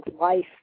life